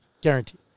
Guaranteed